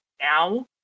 now